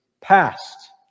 past